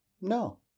No